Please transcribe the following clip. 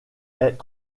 est